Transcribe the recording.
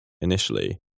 initially